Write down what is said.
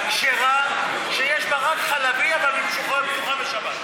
במסעדה כשרה, שיש בה רק חלבי, אבל היא פתוחה בשבת.